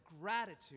gratitude